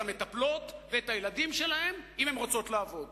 המטפלות ואת הילדים שלהן אם הן רוצות לעבוד.